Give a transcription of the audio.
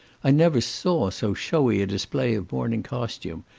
i never saw so shewy a display of morning costume,